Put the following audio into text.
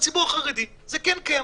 בציבור החרדי זה כן קיים,